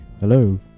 Hello